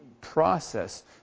process